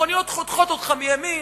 מכוניות חותכות אותך מימין,